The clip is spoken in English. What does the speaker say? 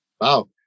Wow